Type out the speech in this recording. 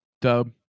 Dub